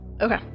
Okay